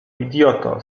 idioto